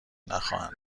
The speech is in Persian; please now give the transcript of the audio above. نخواهند